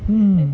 mm